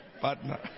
partner